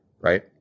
right